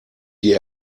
die